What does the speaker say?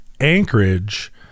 Anchorage